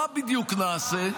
מה בדיוק נעשה?